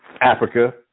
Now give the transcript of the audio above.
Africa